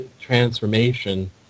transformation